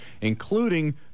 including